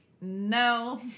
no